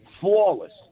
Flawless